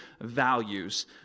values